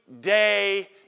day